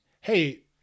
hey